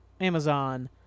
Amazon